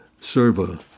server